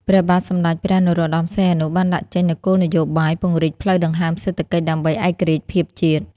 ព្រះបាទសម្តេចព្រះ នរោត្តម សីហនុ បានដាក់ចេញនូវគោលនយោបាយពង្រីកផ្លូវដង្ហើមសេដ្ឋកិច្ចដើម្បីឯករាជ្យភាពជាតិ។